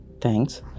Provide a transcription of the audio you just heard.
Thanks